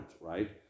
right